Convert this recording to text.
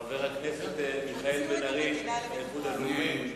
חבר הכנסת מיכאל בן-ארי, האיחוד הלאומי.